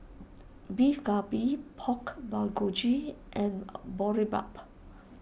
Beef Galbi Pork Bulgogi and Boribap